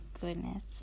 goodness